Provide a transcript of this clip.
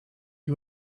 you